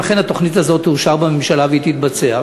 אם אכן התוכנית הזאת תאושר בממשלה ותתבצע,